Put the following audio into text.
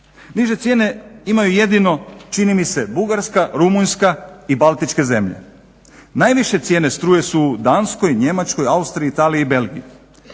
Niže cijene imaju jedino čini mi se Bugarska, Rumunjska i baltičke zemlje. Najviše cijene struje su u Danskoj, Njemačkoj, Austriji, Italiji i Belgiji.